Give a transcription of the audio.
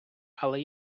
але